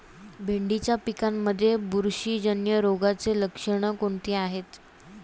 भेंडीच्या पिकांमध्ये बुरशीजन्य रोगाची लक्षणे कोणती आहेत?